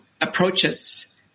approaches